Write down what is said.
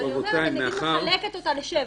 אז אני אומרת שאני אחלק אותה ל-7.